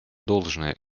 должное